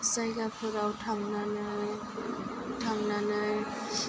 जायगाफोराव थांनानै थांनानै